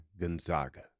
Gonzaga